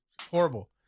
horrible